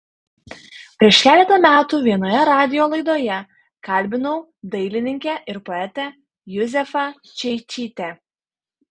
prieš keletą metų vienoje radijo laidoje kalbinau dailininkę ir poetę juzefą čeičytę